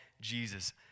Jesus